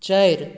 चारि